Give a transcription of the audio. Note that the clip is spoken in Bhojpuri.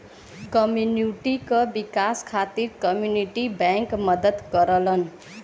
कम्युनिटी क विकास खातिर कम्युनिटी बैंक मदद करलन